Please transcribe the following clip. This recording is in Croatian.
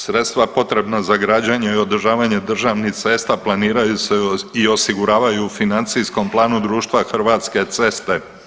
Sredstva potrebna za građenje i održavanje državnih cesta planiranju se i osiguravaju u financijskom planu društva Hrvatske ceste.